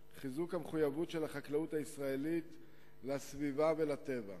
חיזוק המחויבות של החקלאות הישראלית לסביבה ולטבע,